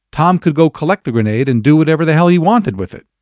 tom could go collect the grenade and do whatever the hell he wanted with it.